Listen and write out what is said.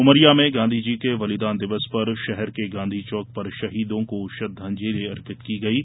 उमरिया में गांधीजी के बलिदान दिवस पर शहर के गांधी चौक पर शहीदों को श्रद्वांजलि अर्पित की गयी